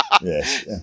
Yes